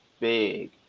Big